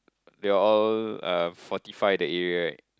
they are all uh forty five that area right